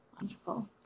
Wonderful